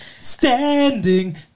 Standing